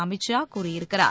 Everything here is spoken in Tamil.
அமித் ஷா கூறியிருக்கிறார்